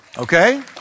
Okay